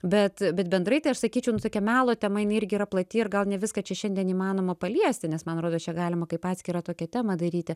bet bet bendrai tai aš sakyčiau nu tokia melo tema jinai irgi yra plati ir gal ne viską čia šiandien įmanoma paliesti nes man rodos čia galima kaip atskirą tokią temą daryti